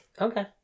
Okay